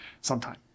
sometime